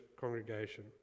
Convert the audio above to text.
congregation